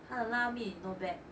他的拉面也:ta de lah mian ye not bad